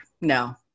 No